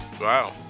Wow